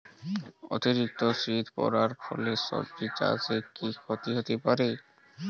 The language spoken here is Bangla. অতিরিক্ত শীত পরার ফলে সবজি চাষে কি ক্ষতি হতে পারে?